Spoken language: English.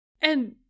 And-